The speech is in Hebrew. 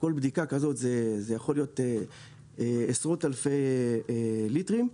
וכל בדיקה כזאת יכולה להיות עשרות אלפי ליטרים.